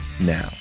now